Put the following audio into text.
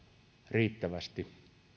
riittävästi